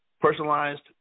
personalized